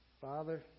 Father